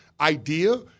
idea